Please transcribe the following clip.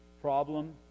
problem